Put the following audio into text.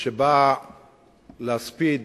בא להספיד